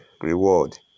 reward